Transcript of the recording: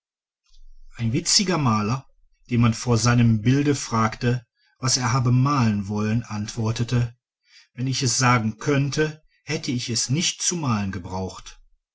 ein witziger maler den man vor seinem bilde fragte was er habe malen wollen antwortete wenn ich es sagen könnte hätte ich es nicht zu malen gebraucht